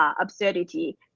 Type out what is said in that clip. Absurdity